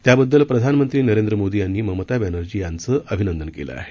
त्याबद्दल प्रधानमंत्री नरेंद्र मोदी यांनी ममता बर्मर्जी यांचं अभिनंदन केलं आहे